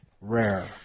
rare